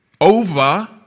over